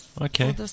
Okay